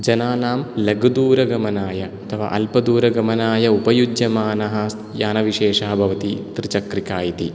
जनानां लघुदूरगमनाय अल्पदूरगमनाय उपयुज्यमानः यानविशेषः भवति त्रिचक्रिका इति